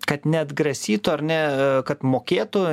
kad neatgrasytų ar ne kad mokėtų